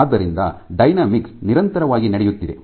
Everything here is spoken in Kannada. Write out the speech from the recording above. ಆದ್ದರಿಂದ ಡೈನಾಮಿಕ್ಸ್ ನಿರಂತರವಾಗಿ ನಡೆಯುತ್ತಿದೆ